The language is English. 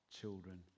children